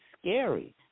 scary